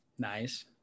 Nice